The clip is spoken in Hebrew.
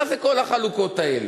מה זה כל החלוקות האלה?